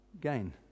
gain